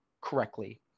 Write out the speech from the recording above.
correctly